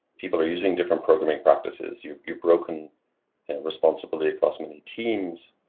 people are using different programming practices. you've you've broken and responsibility across many teams,